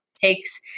takes